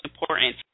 important